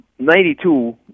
92 –